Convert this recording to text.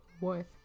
worth